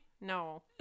No